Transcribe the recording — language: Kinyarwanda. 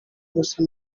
gusa